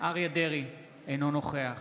אריה מכלוף דרעי, אינו נוכח